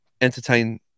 entertain